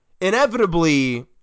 inevitably